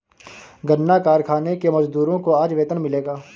गन्ना कारखाने के मजदूरों को आज वेतन मिलेगा